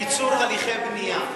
קיצור הליכי בנייה.